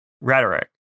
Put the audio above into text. rhetoric